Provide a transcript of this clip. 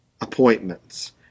appointments